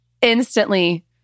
instantly